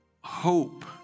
hope